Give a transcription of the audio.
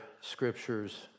scriptures